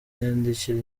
yandikira